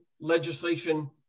legislation